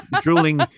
drooling